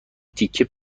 تکه